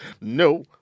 no